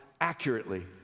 accurately